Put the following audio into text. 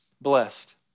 blessed